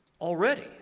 already